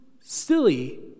silly